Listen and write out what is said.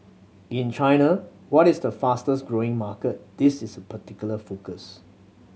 in China what is the fastest growing market this is a particular focus